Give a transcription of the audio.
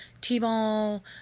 t-ball